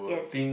yes